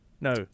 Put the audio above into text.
no